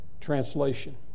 translation